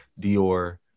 Dior